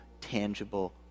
tangible